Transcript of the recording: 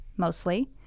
mostly